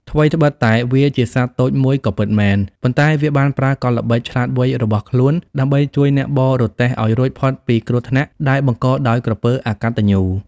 ថ្វីត្បិតតែវាជាសត្វតូចមួយក៏ពិតមែន ប៉ុន្តែវាបានប្រើកលល្បិចឆ្លាតវៃរបស់ខ្លួនដើម្បីជួយអ្នកបរទេះឲ្យរួចផុតពីគ្រោះថ្នាក់ដែលបង្កដោយក្រពើអកតញ្ញូ។